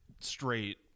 straight